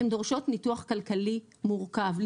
הן דורשות ניתוח כלכלי מורכב.